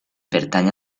pertany